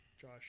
Josh